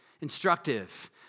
Instructive